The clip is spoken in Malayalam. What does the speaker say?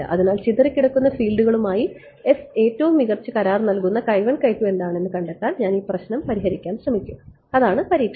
അതിനാൽ ചിതറിക്കിടക്കുന്ന ഫീൽഡുകളുമായി s ഏറ്റവും മികച്ച കരാർ നൽകുന്ന എന്താണെന്ന് കണ്ടെത്താൻ ഞാൻ ഈ പ്രശ്നം പരിഹരിക്കാൻ ശ്രമിക്കും അതാണ് പരീക്ഷണം